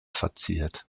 verziert